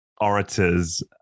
orators